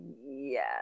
yes